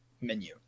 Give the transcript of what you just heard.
menu